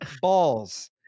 balls